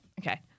Okay